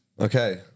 okay